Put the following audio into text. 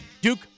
Duke